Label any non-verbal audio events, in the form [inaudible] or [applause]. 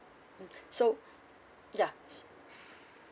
mm [breath] so [breath] ya s~ [breath]